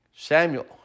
Samuel